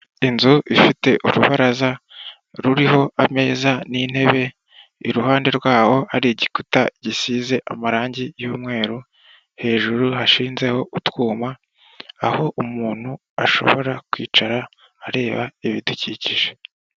inzu ifite urubaraza ruriho ameza n'intebe, iruhande rwaho ari igikuta gisize amarangi y'umweru, hejuru hashizeho utwuma aho umuntu ashobora kwicara areba ibidukikije.